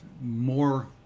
more